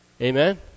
Amen